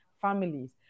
families